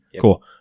Cool